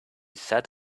sat